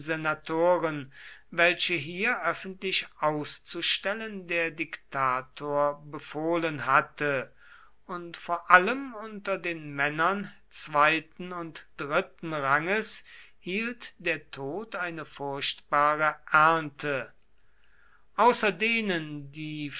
senatoren welche hier öffentlich auszustellen der diktator befohlen hatte und vor allem unter den männern zweiten und dritten ranges hielt der tod eine furchtbare ernte außer denen die